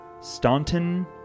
Staunton